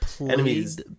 enemies